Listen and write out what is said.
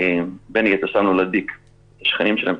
בין היתר לא להדביק את השכנים שלהם,